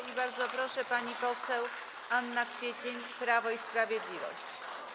I bardzo proszę, pani poseł Anna Kwiecień, Prawo i Sprawiedliwość.